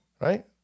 Right